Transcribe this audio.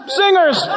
singers